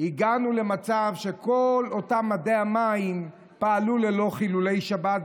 הגענו למצב שכל אותם מדי המים פעלו ללא חילולי שבת.